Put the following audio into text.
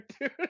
dude